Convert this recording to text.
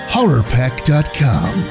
HorrorPack.com